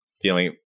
feeling